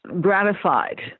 gratified